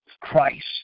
Christ